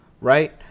right